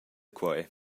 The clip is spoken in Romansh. quei